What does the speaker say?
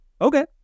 okay